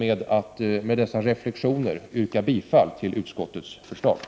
Efter dessa reflexioner yrkar jag bifall till utskottets hemställan.